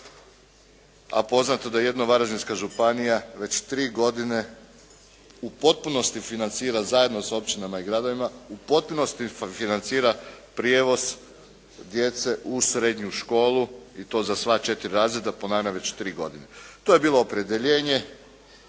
a poznato je da jedino Varaždinska županija već tri godine u potpunosti financira zajedno sa općinama i gradovima, u potpunosti financira prijevoz djece u srednju školu i to za sva četiri razreda ponavlja već tri godine. To je bilo opredjeljenje